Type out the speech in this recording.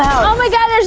oh my god, there's